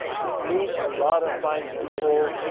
i meet a lot of fine people,